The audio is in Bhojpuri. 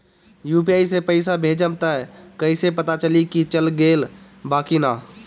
यू.पी.आई से पइसा भेजम त कइसे पता चलि की चल गेल बा की न?